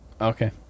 Okay